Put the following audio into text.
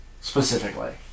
specifically